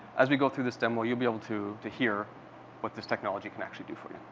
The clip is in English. as we go through this demo, you'll be able to to hear what this technology can actually do for you.